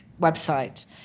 website